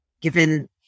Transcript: given